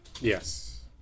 Yes